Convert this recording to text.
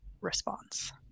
response